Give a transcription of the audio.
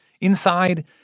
Inside